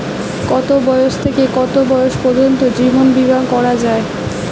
কতো বয়স থেকে কত বয়স পর্যন্ত জীবন বিমা করা যায়?